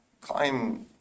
climb